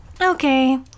okay